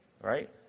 right